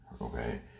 okay